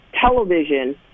television